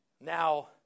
Now